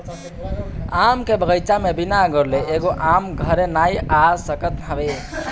आम के बगीचा में बिना अगोरले एगो आम घरे नाइ आ सकत हवे